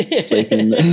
Sleeping